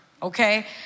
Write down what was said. Okay